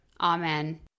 Amen